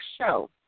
show